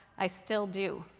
i still do.